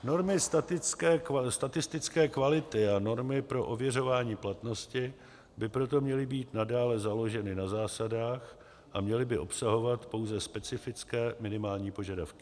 Normy statistické kvality a normy pro ověřování platnosti by proto měly být nadále založeny na zásadách a měly by obsahovat pouze specifické minimální požadavky.